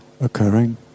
occurring